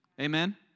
Amen